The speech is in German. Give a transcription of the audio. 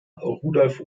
rudolf